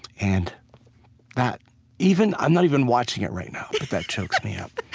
and that even i'm not even watching it right now, but that chokes me up